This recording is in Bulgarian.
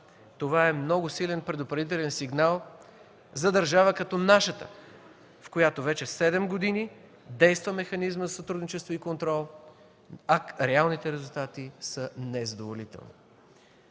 Това е много силен предупредителен сигнал за държава като нашата, в която вече седем години действа механизмът за сътрудничество и контрол, а реалните резултати са незадоволителни.